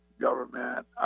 government